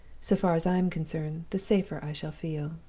so far as i am concerned, the safer i shall feel.